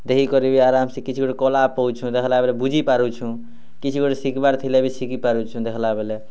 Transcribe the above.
ଦେଖିକରି ଆରାମସେ କିଛି ଗୋଟେ କଲା ପଉଛୁ ତା'ପରେ ବୁଝିପାରୁଛୁ କିଛି ଗୋଟେ ଶିଖିବାର ଥିଲେ ବି ଶିଖିପାରୁଛୁ ଦେଖିଲା ବେଳେ